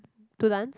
to dance